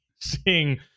seeing